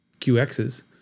QXs